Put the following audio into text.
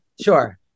Sure